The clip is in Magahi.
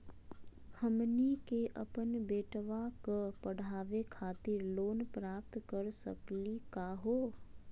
हमनी के अपन बेटवा क पढावे खातिर लोन प्राप्त कर सकली का हो?